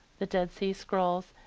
the dead sea scrolls,